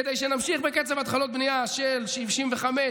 כדי שנמשיך בקצב התחלות בנייה של 65,000,